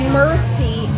mercy